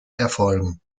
erfolgen